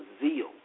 zeal